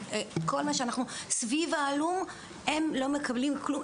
כי כמה שאנחנו מסתובבים סביב ההלום הם לא מקבלים כלום.